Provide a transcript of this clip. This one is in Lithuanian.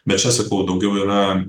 bet čia sakau daugiau yra